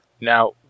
Now